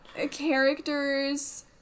characters